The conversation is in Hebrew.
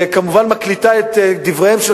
וכמובן אז התחלנו לראות שהחוק מורכב מדברים אשר